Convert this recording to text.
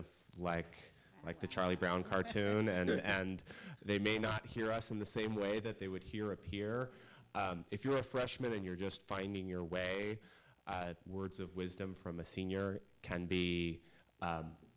of like like the charlie brown cartoon and and they may not hear us in the same way that they would hear a peer if you're a freshman and you're just finding your way words of wisdom from a senior can be